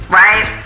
right